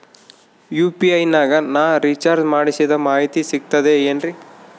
UPI ನಾಗ ನಾ recharge ಮಾಡಿಸಿದ ಮಾಹಿತಿ ಸಿಕ್ತದೆ ಏನ್ರಿ?